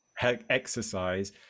exercise